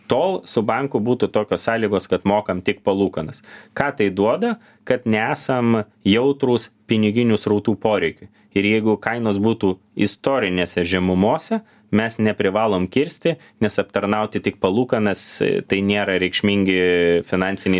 tol su banku būtų tokios sąlygos kad mokam tik palūkanas ką tai duoda kad nesam jautrūs piniginių srautų poreikiui ir jeigu kainos būtų istorinėse žemumose mes neprivalom kirsti nes aptarnauti tik palūkanas tai nėra reikšmingi finansiniai